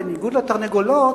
בניגוד לתרנגולות,